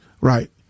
Right